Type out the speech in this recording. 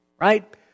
right